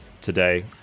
today